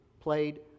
played